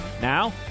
Now